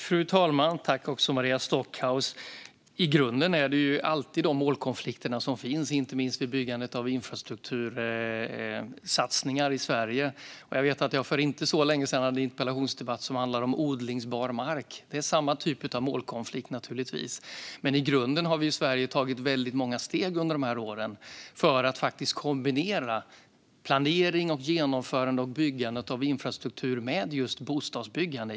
Fru talman! I grunden finns alltid dessa målkonflikter, inte minst vid byggandet av infrastruktursatsningar i Sverige. För inte så länge sedan deltog jag i en interpellationsdebatt som handlade om odlingsbar mark. Där fanns naturligtvis samma slags målkonflikt. Vi i Sverige har tagit väldigt många steg under de senaste åren för att kunna kombinera planering, genomförande och byggande av infrastruktur med bostadsbyggande.